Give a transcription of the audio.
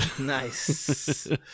nice